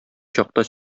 чакта